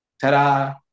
Ta-da